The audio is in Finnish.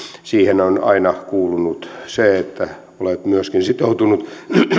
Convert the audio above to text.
siihen on aina kuulunut se että olet myöskin sitoutunut